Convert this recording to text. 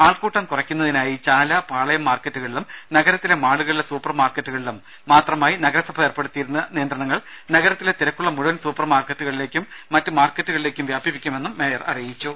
ആൾക്കൂട്ടം കുറക്കുന്നതിനായി പാളയം മാർക്കറ്റുകളിലും നഗരത്തിലെ മാളുകളിലെ സൂപ്പർ മാർക്കറ്റുകളിലും മാത്രമായി നഗരസഭ ഏർപ്പടുത്തിയിരുന്ന നിയന്ത്രണങ്ങൾ നഗരത്തിലെ തിരക്കുള്ള മുഴുവൻ സൂപ്പർ മർക്കറ്റുകളിലേക്കും മറ്റ് മാർക്കറ്റുകളിലേക്കും വ്യാപിപ്പിക്കുമെന്നും മേയർ പറഞ്ഞു